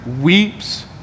weeps